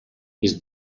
jest